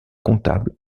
comptable